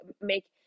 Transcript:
make